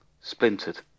splintered